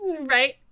Right